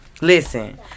Listen